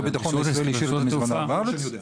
אני לא יודע.